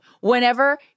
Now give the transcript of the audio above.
Whenever